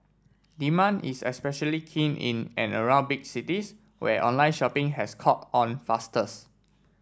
demand is especially keen in and around big cities where online shopping has caught on fastest